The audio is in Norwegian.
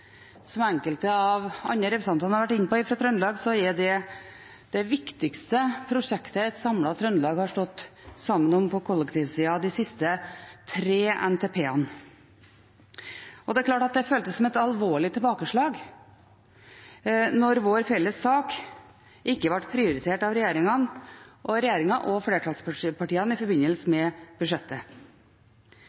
Som enkelte av de andre representantene fra Trøndelag har vært inne på, er det det viktigste prosjektet et samlet Trøndelag har stått sammen om på kollektivsida i de siste tre NTP-ene. Det er klart at det føltes som et alvorlig tilbakeslag når vår felles sak ikke ble prioritert av regjeringen og flertallspartiene i forbindelse med budsjettet.